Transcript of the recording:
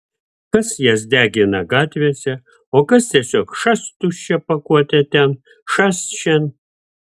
kas jas degina gatvėse o kas tiesiog šast tuščią pakuotę ten šast šen